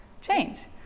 change